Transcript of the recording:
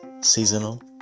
seasonal